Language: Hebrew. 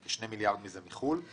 2 מיליארד מזה מחו"ל.